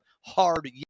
hard